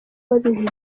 babiri